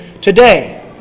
Today